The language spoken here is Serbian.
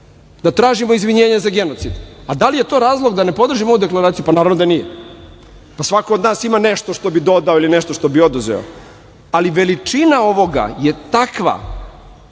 da tražimo izvinjenje za genocid. Da li je to razlog da ne podržimo ovu deklaraciju? Naravno da nije. Svako od nas ima nešto što bi dodao i nešto što bi oduzeo, ali veličina ovoga je takva